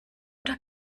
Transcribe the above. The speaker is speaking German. oder